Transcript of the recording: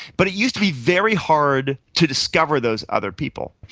but it used to be very hard to discover those other people.